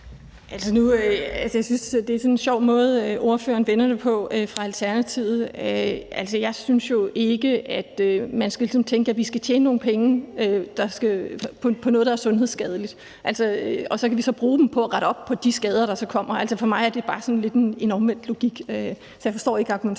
det er en sjov måde, at ordføreren for Alternativet vender det på. Jeg synes jo ikke, at man skal tænke, at vi skal tjene nogle penge på noget, der er sundhedsskadeligt, og så bruge dem på at rette op på de skader, der så kommer. For mig er det bare lidt en omvendt logik. Så jeg forstår ikke argumentationen